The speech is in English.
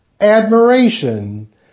admiration